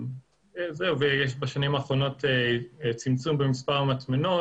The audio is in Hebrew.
בשנים האחרונות יש צמצום במספר המטמנות,